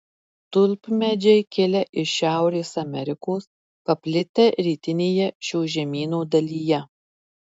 tulpmedžiai kilę iš šiaurės amerikos paplitę rytinėje šio žemyno dalyje